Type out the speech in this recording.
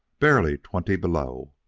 barely twenty below